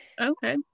okay